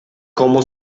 cómo